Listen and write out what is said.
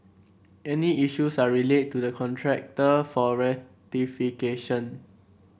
any issues are relayed to the contractor for rectification